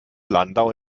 landau